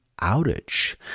outage